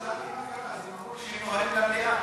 אני גם,